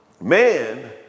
man